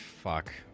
fuck